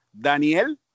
Daniel